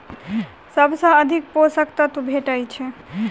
सबसँ अधिक पोसक तत्व भेटय छै?